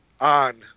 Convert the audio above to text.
on